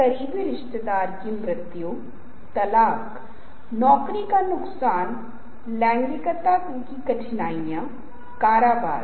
आप देखते हैं कि मूल तत्व शीर्षक को बोल्ड में लिखा गया है